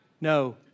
no